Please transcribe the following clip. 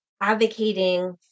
advocating